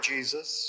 Jesus